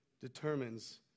determines